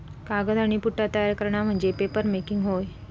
कागद आणि पुठ्ठा तयार करणा म्हणजे पेपरमेकिंग होय